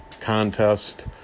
contest